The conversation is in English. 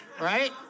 right